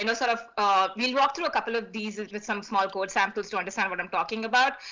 you know sort of ah i mean walk through a couple of these with some small code samples to understand what i'm talking about,